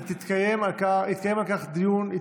ויתקיים על כך דיון היא